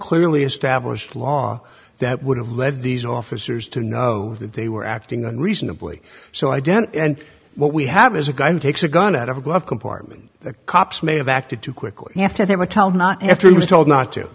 clearly established law that would have led these officers to know that they were acting on reasonably so i den and what we have is a guy who takes a gun out of a glove compartment the cops may have acted too quickly after they were told not after he was told not to